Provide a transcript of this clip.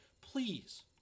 please